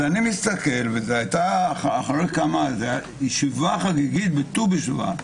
זאת הייתה ישיבה חגיגית, בט"ו בשבט.